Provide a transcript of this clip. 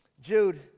Jude